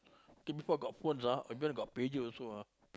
K before got phones ah we only got pager also ah